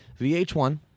VH1